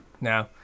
No